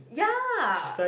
ya